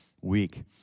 week